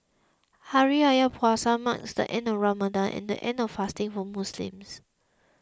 Hari Raya Puasa marks the end of Ramadan and the end of fasting for Muslims